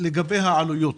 לגבי העלויות,